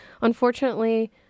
unfortunately